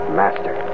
master